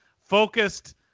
focused